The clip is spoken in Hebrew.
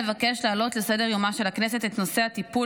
אבקש להעלות לסדר-יומה של הכנסת את נושא הטיפול